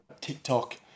tiktok